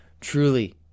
truly